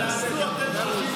תעשו אתם.